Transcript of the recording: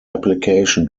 application